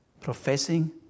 professing